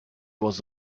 was